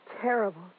terrible